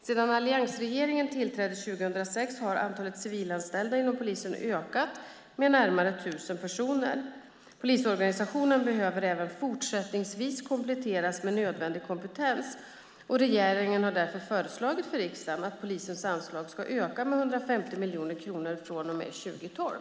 Sedan alliansregeringen tillträdde 2006 har antalet civilanställda inom polisen ökat med närmare 1 000 personer. Polisorganisationen behöver även fortsättningsvis kompletteras med nödvändig kompetens. Regeringen har därför föreslagit för riksdagen att polisens anslag ska öka med 150 miljoner kronor från och med 2012.